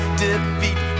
defeat